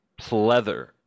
pleather